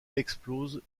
explose